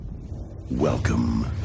Welcome